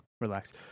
Relax